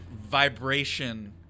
vibration